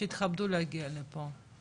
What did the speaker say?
שיתכבדו להגיע לפה.